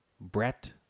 Brett